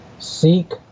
Seek